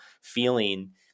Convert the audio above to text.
feeling